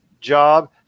job